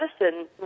medicine